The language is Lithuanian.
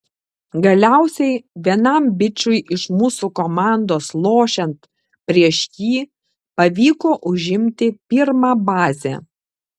galiausiai vienam bičui iš mūsų komandos lošiant prieš jį pavyko užimti pirmą bazę